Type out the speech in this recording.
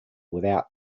without